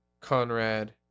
Conrad